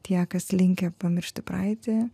tie kas linkę pamiršti praeitį